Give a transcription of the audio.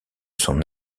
son